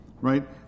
right